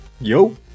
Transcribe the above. Yo